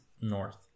north